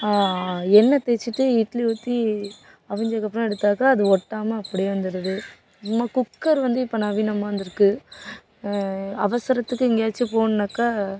எண்ணெய் தேய்ச்சிட்டு இட்லி ஊற்றி அவிஞ்சதுக்கப்புறம் எடுத்தாக்கால் அது ஒட்டாமல் அப்படியே வந்துருது நம்ம குக்கர் வந்து இப்போ நவீனமாக வந்திருக்கு அவசரத்துக்கு எங்கேயாச்சும் போகணுன்னாக்க